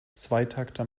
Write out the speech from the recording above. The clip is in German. zweitakter